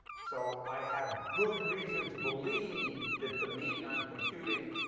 so i have good reason to believe that the mean i'm computing